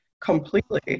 completely